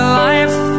life